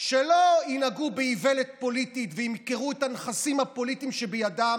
שלא ינהגו באיוולת פוליטית וימכרו את הנכסים הפוליטיים שבידם